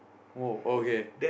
!wow! okay